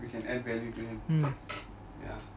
you can add value to him ya